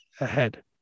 ahead